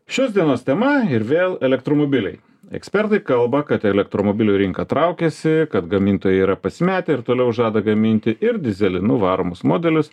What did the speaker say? šios dienos tema ir vėl elektromobiliai ekspertai kalba kad elektromobilių rinka traukiasi kad gamintojai yra pasimetę ir toliau žada gaminti ir dyzelinu varomus modelius